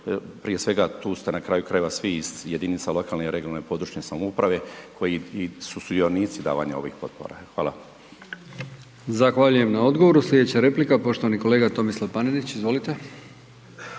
prije svega tu ste na kraju krajeva svi iz jedinica lokalne i regionalne područne samouprave koji su i sudionici davanja ovih potpora. Hvala.